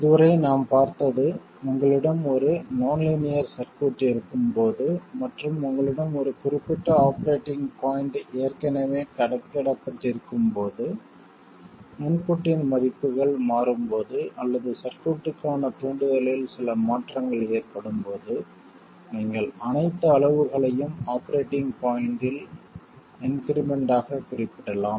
இதுவரை நாம் பார்த்தது உங்களிடம் ஒரு நான் லீனியர் சர்க்யூட் இருக்கும் போது மற்றும் உங்களிடம் ஒரு குறிப்பிட்ட ஆபரேட்டிங் பாய்ண்ட் ஏற்கனவே கணக்கிடப்பட்டிருக்கும் போது இன்புட்டின் மதிப்புகள் மாறும்போது அல்லது சர்க்யூட்க்கான தூண்டுதலில் சில மாற்றங்கள் ஏற்படும் போது நீங்கள் அனைத்து அளவுகளையும் ஆபரேட்டிங் பாய்ண்டில் இன்க்ரிமென்ட் ஆகக் குறிப்பிடலாம்